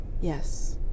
Yes